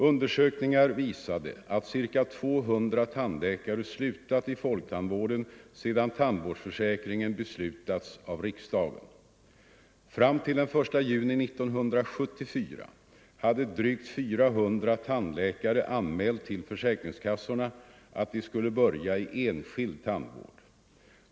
Undersökningar visade att ca 200 tandläkare slutat i folktandvården sedan tandvårdsförsäkringen beslutats av riksdagen. Fram till den 1 juni 1974 hade drygt 400 tandläkare anmält till försäkringskassorna att de skulle börja i enskild tandvård.